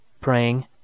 praying